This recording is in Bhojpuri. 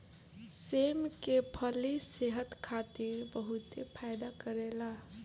सेम के फली सेहत खातिर बहुते फायदा करेला